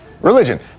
religion